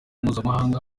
mpuzamahanga